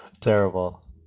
Terrible